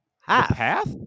half